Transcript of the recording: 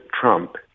Trump